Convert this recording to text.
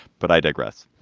but i digress.